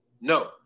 No